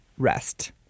rest